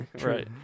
Right